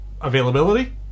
availability